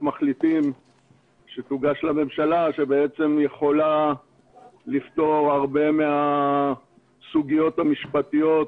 מחליטים שתוגש לממשלה שבעצם יכולה לפתור הרבה מהסוגיות המשפטיות,